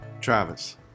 Travis